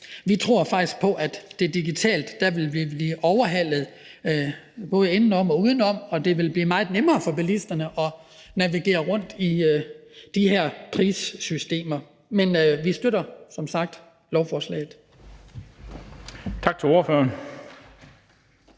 Vi tror faktisk på, at man digitalt vil blive overhalet både indenom og udenom, og at det vil blive meget nemmere for bilisterne at navigere rundt i de her prissystemer. Men vi støtter som sagt lovforslaget.